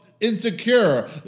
insecure